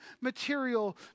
material